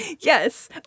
Yes